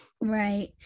Right